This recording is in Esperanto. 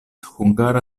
hungara